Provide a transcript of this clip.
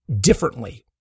differently